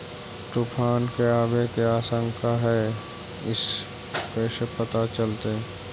तुफान के आबे के आशंका है इस कैसे पता चलतै?